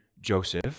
Joseph